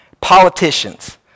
politicians